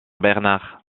bernard